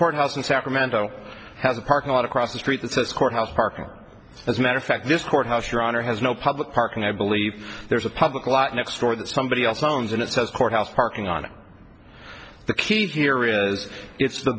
courthouse in sacramento has a parking lot across the street that says courthouse parking as a matter of fact this courthouse your honor has no public parking i believe there's a public lot next door that somebody else owns and it says courthouse parking on it the key here is it's the